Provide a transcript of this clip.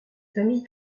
familles